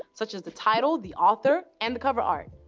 such as the title, the author, and the cover art.